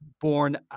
born